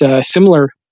similar